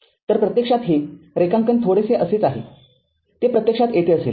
तर प्रत्यक्षात हे रेखांकन थोडेसे असेच आहे ते प्रत्यक्षात येथे असेल